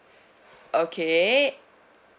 okay